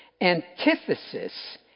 antithesis